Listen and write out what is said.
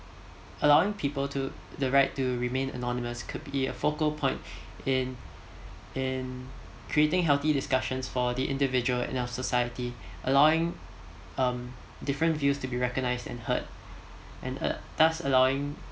allowing people to the right to remain anonymous could be a focal point in in creating healthy discussions for the individual in our society allowing um different views to be recognized and heard and thus allowing